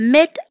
Mid